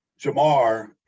Jamar